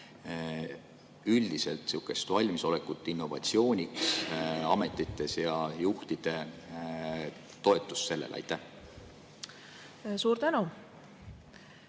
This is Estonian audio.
üldiselt valmisolekut innovatsiooniks ametites ja juhtide toetust sellele? Aitäh!